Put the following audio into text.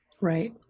Right